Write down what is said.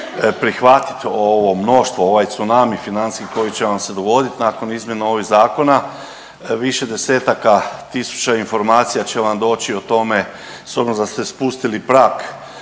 prihvatiti ovo mnoštvo, ovaj tsunami financijski koji će vam se dogoditi nakon izmjena ovih zakona, više desetaka tisuća informacija će vam doći o tome s obzirom da ste spustili prag.